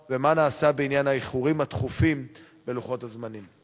5. מה נעשה בעניין האיחורים התכופים בלוחות הזמנים?